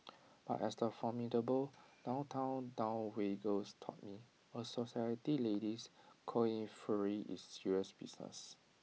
but as the formidable downtown dowagers taught me A society lady's coiffure is serious business